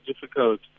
difficult